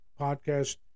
podcast